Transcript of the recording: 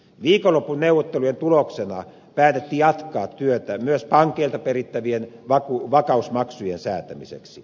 viikonlopun neuvottelujen tuloksena päätettiin jatkaa työtä myös pankeilta perittävien vakausmaksujen säätämiseksi